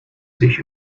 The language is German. sich